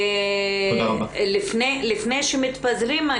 לפני שמתפזרים,